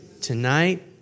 Tonight